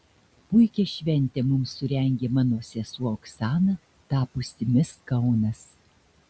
puikią šventę mums surengė mano sesuo oksana tapusi mis kaunas